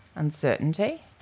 uncertainty